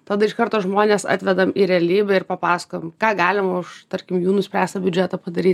tada iš karto žmones atvedam į realybę ir papasakojom ką galima už tarkim jų nuspręsta biudžetą padaryt